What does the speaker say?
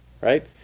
Right